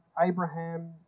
Abraham